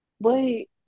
Wait